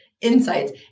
insights